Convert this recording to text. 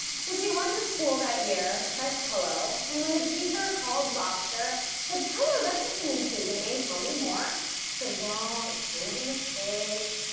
so she went to school that year as kello and when the teacher called roster said kello that's such an intriguing name tell me more she said well it's kind of a mistake.